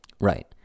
Right